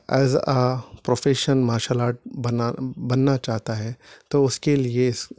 as a profession martial art بنا بننا چاہتا ہے تو اس کے لیے